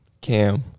Cam